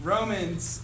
Romans